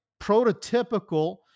prototypical